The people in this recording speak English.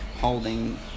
holding